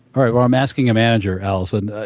right, well, i'm asking a manager, alison. ah